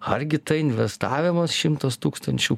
argi tai investavimas šimtas tūkstančių